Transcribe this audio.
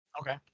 okay